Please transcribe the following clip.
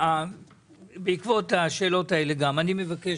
בעקבות השאלות האלה אני מבקש,